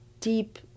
deep